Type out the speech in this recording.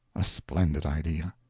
a splendid idea!